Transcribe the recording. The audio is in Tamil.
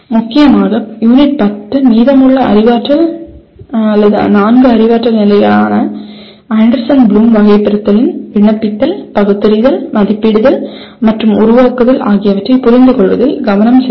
முக்கியமாக யூனிட் 10 மீதமுள்ள அறிவாற்றல் நான்கு அறிவாற்றல் நிலைகளான ஆண்டர்சன் ப்ளூம் வகைபிரித்தல் ன் விண்ணப்பித்தல் பகுத்தறிதல் மதிப்பிடுதல் மற்றும் உருவாக்குதல் ஆகியவற்றை புரிந்து கொள்வதில் கவனம் செலுத்தும்